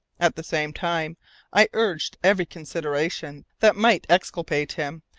at the same time i urged every consideration that might exculpate him,